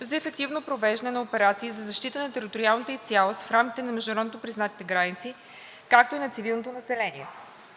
за ефективно провеждане на операции за защита на териториалната ѝ цялост в рамките на международно признатите граници, както и на цивилното население.